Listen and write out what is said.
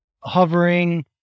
hovering